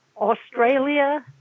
Australia